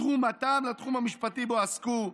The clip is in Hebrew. תרומתם לתחום המשפטי שבו עסקו,